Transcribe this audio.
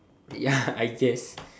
ya I guess